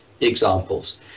examples